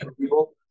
people